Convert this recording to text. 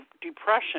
depression